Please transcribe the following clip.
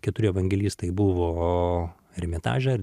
keturi evangelistai buvo ermitaže ir